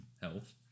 health